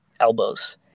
Elbows